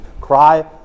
cry